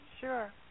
Sure